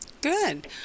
Good